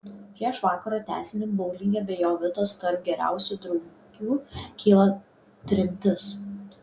prieš vakaro tęsinį boulinge be jovitos tarp geriausių draugių kyla trintis